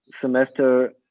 semester